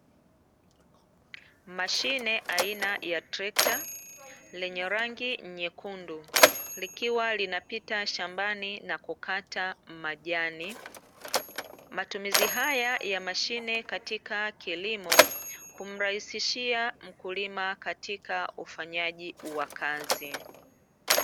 Mashine aina ya trekta, lenye rangi nyekundu, likiwa linapita shambani na kukata majani. Matumizi haya ya mashine katika kilimo humrahisishia mkulima katika ufanyaji wa kazi.